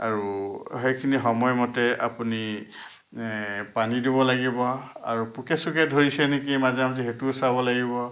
আৰু সেইখিনি সময়মতে আপুনি পানী দিব লাগিব আৰু পোকে চোকে ধৰিছে নেকি মাজে মাজে সেইটোও চাব লাগিব